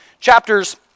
chapters